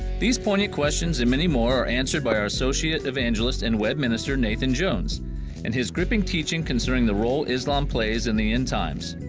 these pointed questions and many more are answered by our associate evangelist and web minister nathan jones in his gripping teaching considering the role islam plays in the end times.